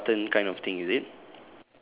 it's like a button kind of thing is it